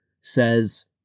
says